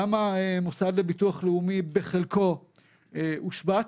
גם המוסד לביטוח לאומי בחלקו הושבת,